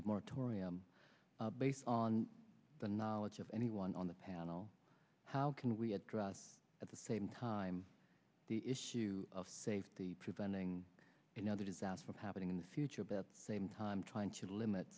the moratorium based on the knowledge of anyone on the panel how can we address at the same time the issue of safety preventing another disaster happening in the future about the same time trying to limit